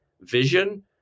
vision